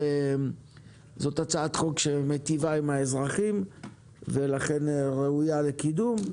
זאת הצעת חוק שמיטיבה עם האזרחים ולכן ראויה לקידום.